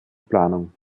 planung